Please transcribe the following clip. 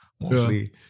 mostly